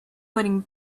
putting